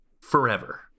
forever